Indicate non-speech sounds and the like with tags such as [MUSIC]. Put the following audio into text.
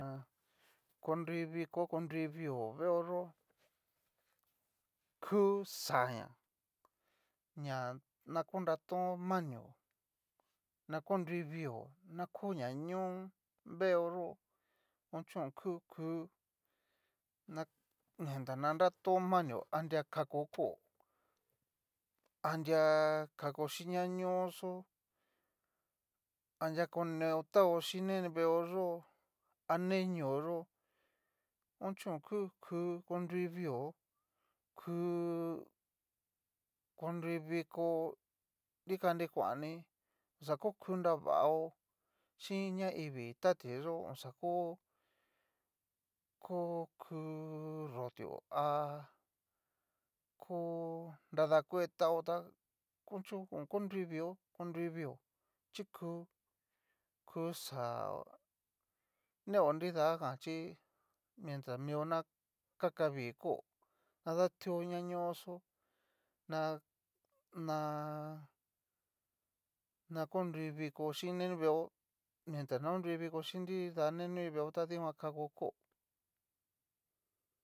Há konrui viko ko nrui vió veeoyó ku xaña ná na ko nrató'o manio, na ko nrui vio, na ko naño'o veoyó, ocho oku kú na mientras ña nrató manio anria kako kó, anria kako chín nañoxó, anria konetao chín ni veoyó, ane ñooyó ocho o ku kú onrui vio ku. [HESITATION] konrui viko nikanikuani, xaoku nravao xin ñaivii tati yó'o xakó koku nrotio há ko nrada kuetao tá ochó ho konri vió, konrui vió chí ku kuxaó neo nidajan chí mientras mio na kaka vii kó, adatio ñañoxó ná na. nakonrui viko xhíni veeó mientras na konrui viko chín nida ni nrui veeó ta dijan kako kó.